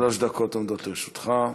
שלוש דקות עומדות לרשותך.